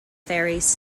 ferries